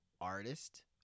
artist